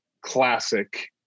classic